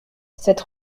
cette